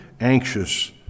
anxious